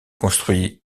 construit